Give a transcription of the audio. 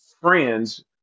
friends